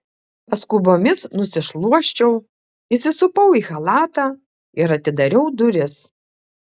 paskubomis nusišluosčiau įsisupau į chalatą ir atidariau duris